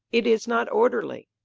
it is not orderly.